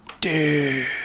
dude